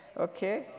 okay